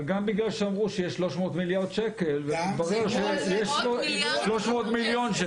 אבל גם בגלל שאמרו שיש 300 מיליארד שקל --- 300 מיליון שקל.